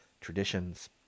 traditions